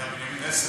אז